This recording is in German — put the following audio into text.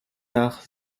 nach